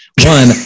One